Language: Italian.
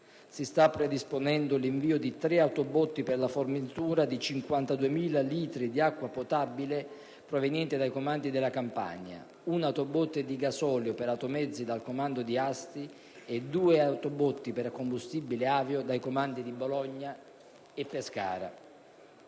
Si sta predisponendo l'invio di 3 autobotti per la fornitura di 52.000 litri di acqua potabile provenienti dai comandi della Campania, 1 autobotte di gasolio per automezzi dal comando di Asti, e 2 autobotti per combustibile avio dai comandi di Bologna e di Pescara.